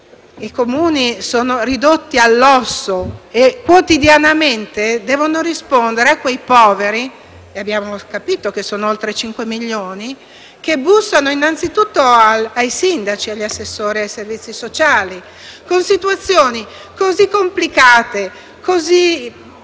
I Comuni sono ridotti all'osso e quotidianamente devono rispondere a quei poveri - e abbiamo capito che sono oltre 5 milioni - che bussano innanzitutto ai sindaci e agli assessori ai servizi sociali. Ci sono situazioni complicate,